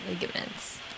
Ligaments